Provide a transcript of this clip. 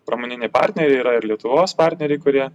pramoniniai partneriai yra ir lietuvos partneriai kurie